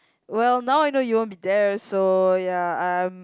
well now I know you won't be there so ya I'm